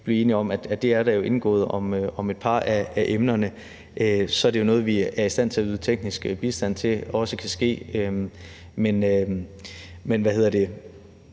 blive enige om der er indgået om et par af emnerne – så er det jo noget, vi er i stand til at yde teknisk bistand til også kan ske. Men håbet er